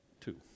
Two